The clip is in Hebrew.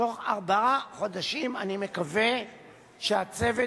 בתוך ארבעה חודשים אני מקווה שהצוות